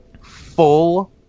full